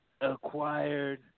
acquired